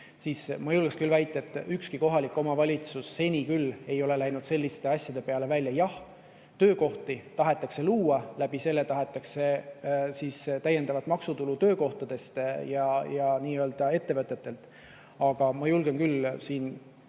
ma julgen küll väita, et ükski kohalik omavalitsus ei ole läinud selliste asjade peale välja. Jah, töökohti tahetakse luua ja selle kaudu tahetakse täiendavat maksutulu töökohtadelt ja ettevõtetelt. Aga ma julgen küll pea